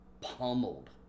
pummeled